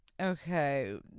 okay